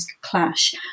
clash